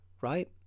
right